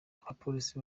abapolisi